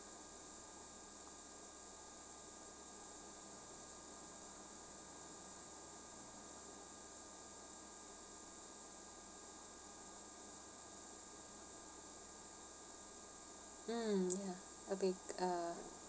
mm ya a big uh